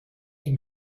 ihm